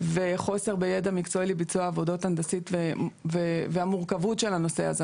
וחוסר בידע מקצועי לביצוע עבודות הנדסיות והמורכבות של הנושא הזה.